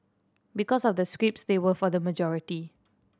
because of the scripts they were for the majority